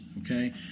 okay